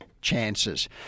chances